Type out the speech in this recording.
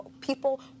people